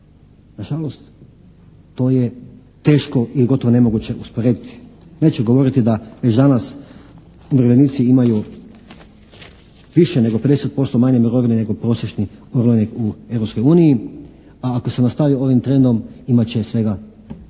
Na žalost to je teško ili gotovo nemoguće usporediti. Neću govoriti da već danas umirovljenici imaju više nego 50% manje mirovine nego prosječni umirovljenik u Europskoj uniji, a ako se nastavi ovim trendom imat će svega